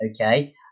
Okay